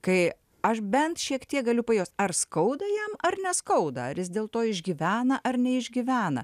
kai aš bent šiek tiek galiu pajust ar skauda jam ar neskauda ar jis dėl to išgyvena ar neišgyvena